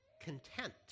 content